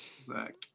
Zach